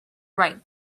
right